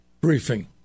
briefing